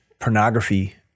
pornography